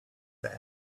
that